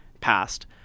Passed